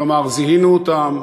כלומר, זיהינו אותן,